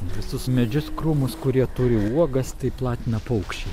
visus medžius krūmus kurie turi uogas tai platina paukščiai